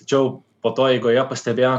tačiau po to eigoje pastebėjo